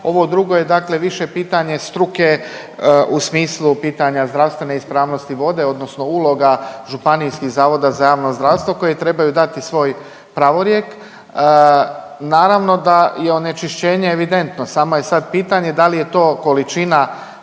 Ovo drugo je dakle više pitanje struke u smislu pitanja zdravstvene ispravnosti vode, odnosno uloga županijskih zavoda za javno zdravstvo koje trebaju dati svoj pravorijek. Naravno da je onečišćenje evidentno, samo je sad pitanje da li je to količina